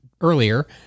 earlier